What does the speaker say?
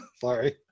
Sorry